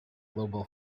global